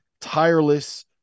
tireless